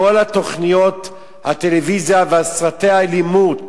כל תוכניות הטלוויזיה וסרטי האלימות